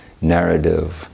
narrative